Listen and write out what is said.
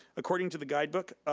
according to the guidebook,